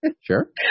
Sure